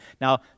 Now